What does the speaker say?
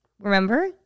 Remember